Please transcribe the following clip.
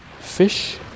fish